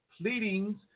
pleadings